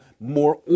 more